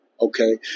Okay